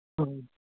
ꯑ